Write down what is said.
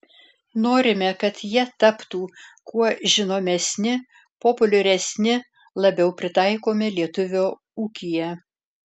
norime kad jie taptų kuo žinomesni populiaresni labiau pritaikomi lietuvio ūkyje